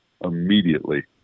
immediately